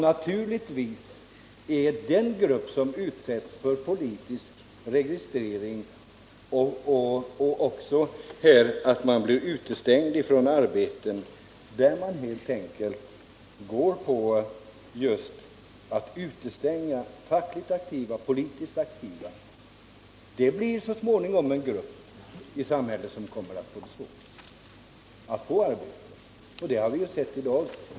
Naturligtvis kommer de som utsätts för politisk registrering och utestängning från arbete — och då just fackligt och politiskt aktiva — att så småningom bli en grupp i samhället som får det svårt att erhålla arbete. Det har vi exempel på också i dag.